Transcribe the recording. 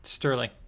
Sterling